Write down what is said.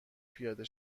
پیاده